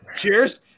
Cheers